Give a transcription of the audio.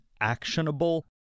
actionable